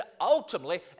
ultimately